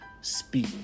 Speak